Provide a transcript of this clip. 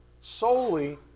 solely